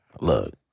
look